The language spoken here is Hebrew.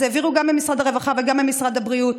אז העבירו גם ממשרד הרווחה וגם ממשרד הבריאות.